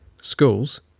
schools